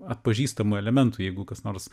atpažįstamų elementų jeigu kas nors